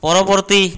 পরবর্তী